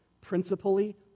principally